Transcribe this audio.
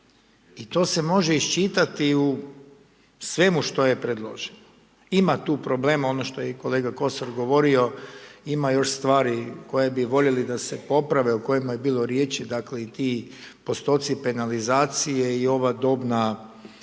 i to se može iščitati u svemu što je predloženo. Ima tu problema ono što je i kolega Kosor govorio, ima još stvari koje bi voljeli da se poprave, o kojima je bilo riječi, dakle i ti postotci penalizacije i ova dobna